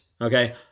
Okay